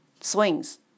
swings